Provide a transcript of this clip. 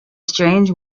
strange